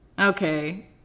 Okay